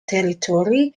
territory